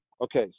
Okay